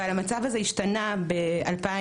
אבל המצב הזה השתנה ב-2012.